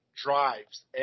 drives